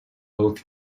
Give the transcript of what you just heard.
oath